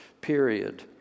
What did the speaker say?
period